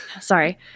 Sorry